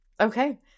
Okay